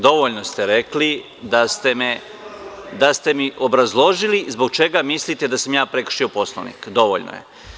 Dovoljno ste rekli da ste mi obrazložili zbog čega mislite da sam ja prekršio Poslovnik, dovoljno je.